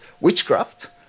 witchcraft